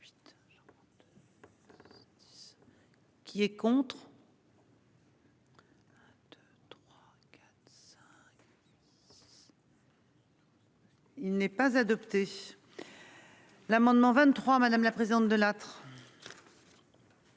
Qui est contre. Il n'est pas adopté. L'amendement 23, madame la présidente Delattre.